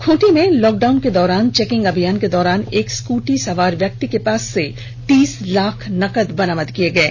खूंटी में लॉकडाउन के दौरान चेकिंग अभियान के दौरान एक स्कूटी सवार व्यक्ति के पास से तीस लाख नगद बरामद किये गये